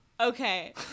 Okay